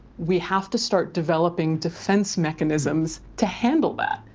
we have to start developing defense mechanisms to handle that,